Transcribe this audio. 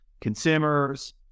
consumers